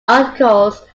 articles